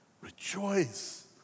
Rejoice